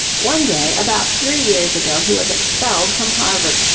one day, about three years ago, he was expelled from harvard,